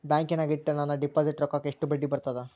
ಬ್ಯಾಂಕಿನಾಗ ಇಟ್ಟ ನನ್ನ ಡಿಪಾಸಿಟ್ ರೊಕ್ಕಕ್ಕ ಎಷ್ಟು ಬಡ್ಡಿ ಬರ್ತದ?